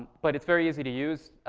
but it's very easy to use.